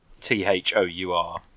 T-H-O-U-R